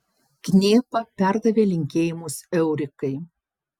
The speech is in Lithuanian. knėpa perdavė linkėjimus eurikai